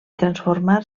transformar